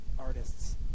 Artists